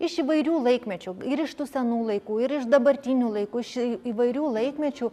iš įvairių laikmečių ir iš tų senų laikų ir iš dabartinių laikų iš įvairių laikmečių